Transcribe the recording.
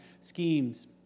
schemes